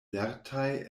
lertaj